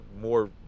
more